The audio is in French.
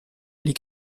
les